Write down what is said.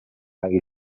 اگه